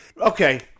Okay